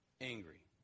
Angry